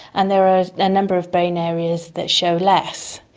and there are a number of brain areas that show less.